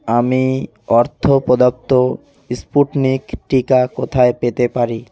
আমি অর্থ প্রদত্ত স্পুটনিক টিকা কোথায় পেতে পারি